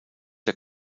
der